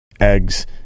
eggs